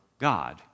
God